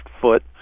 foot